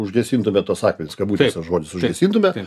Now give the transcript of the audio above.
užgesintume tuos akmenis kabutėse žodis užgesintume